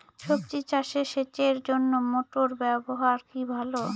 সবজি চাষে সেচের জন্য মোটর ব্যবহার কি ভালো?